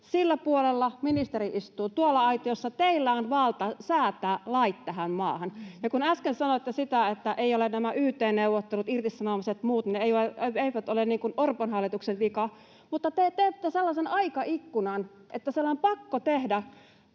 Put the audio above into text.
sillä puolella, ministeri istuu tuolla aitiossa. Teillä on valta säätää lait tähän maahan. Ja kun äsken sanoitte, että nämä yt-neuvottelut, irtisanomiset ja muut eivät ole Orpon hallituksen vika, mutta te teette sellaisen aikaikkunan, että siellä